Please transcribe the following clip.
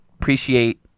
Appreciate